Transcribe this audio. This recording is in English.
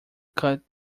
cut